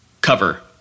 cover